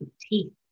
teeth